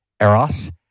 eros